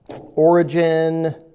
Origin